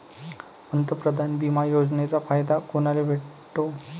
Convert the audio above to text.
पंतप्रधान बिमा योजनेचा फायदा कुनाले भेटतो?